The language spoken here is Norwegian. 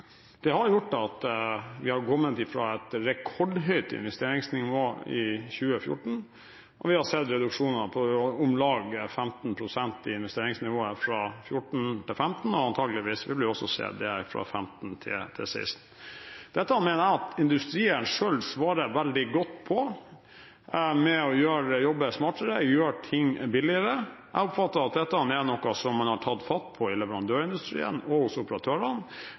Det har gjort at vi har gått fra et rekordhøyt investeringsnivå i 2014, til at vi har sett reduksjoner på om lag 15 pst. i investeringsnivået fra 2014 til 2015, antakeligvis vil vi også se det fra 2015 til 2016. Dette mener jeg at industrien selv svarer veldig godt på ved å jobbe smartere, gjøre ting billigere. Jeg oppfatter at dette er noe som man har tatt fatt i i leverandørindustrien og hos operatørene.